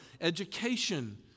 education